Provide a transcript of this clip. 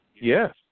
Yes